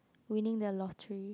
winning the lottery